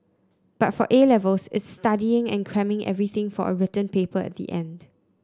but for A Levels it's studying and cramming everything for a written paper at the end